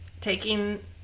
taking